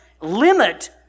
limit